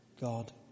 God